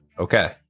Okay